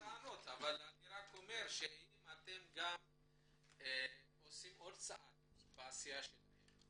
אין לי טענות אבל אני רק אומר שאם אתם גם עושים עוד צעד בעשייה שלכם